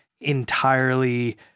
entirely